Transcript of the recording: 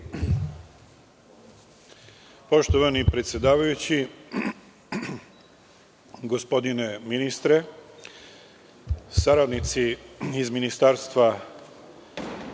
Poštovana predsedavajuća, gospodine ministre, saradnici ministra,